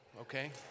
okay